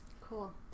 cool